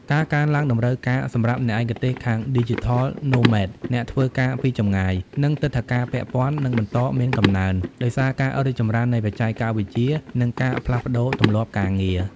ការកើនឡើងតម្រូវការសម្រាប់អ្នកឯកទេសខាង Digital Nomads (អ្នកធ្វើការពីចម្ងាយ) និងទិដ្ឋាការពាក់ព័ន្ធនឹងបន្តមានកំណើន ដោយសារការរីកចម្រើននៃបច្ចេកវិទ្យា និងការផ្លាស់ប្តូរទម្លាប់ការងារ។